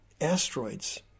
Asteroids